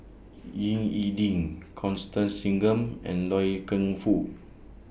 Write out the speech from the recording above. Ying E Ding Constance Singam and Loy Keng Foo